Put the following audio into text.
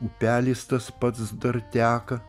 upelis tas pats dar teka